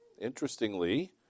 Interestingly